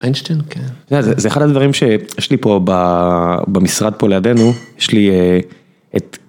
זה אחד הדברים שיש לי פה במשרד פה לידינו יש לי את.